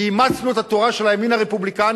כי אימצנו את התורה של הימין הרפובליקני,